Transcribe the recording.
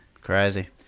Crazy